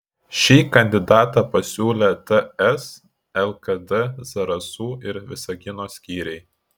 šį kandidatą pasiūlė ts lkd zarasų ir visagino skyriai